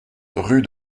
rue